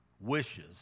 wishes